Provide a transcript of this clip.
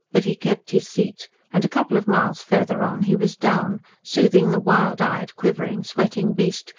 but he kept his seat and a couple of miles farther on he was down, soothing the wild-eyed, quivering, sweating beast,